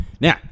Now